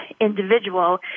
individual